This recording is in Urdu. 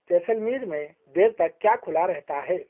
جیسلمیر میں دیر تک کیا کھلا رہتا ہے